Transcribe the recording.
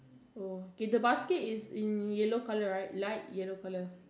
oh okay the basket is in yellow colour right light yellow colour